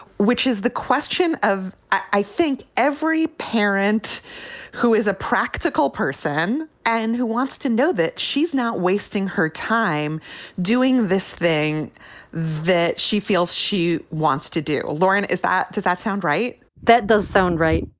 which is the question of i think every parent who is a practical person and who wants to know that she's not wasting her time doing this thing that she feels she wants to do. lauren, is that does that sound right? that does sound right.